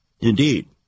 Indeed